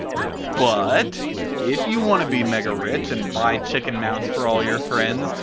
but if you want to be mega rich and buy chicken mounts for all your friends,